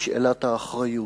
בשאלת האחריות.